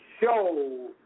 show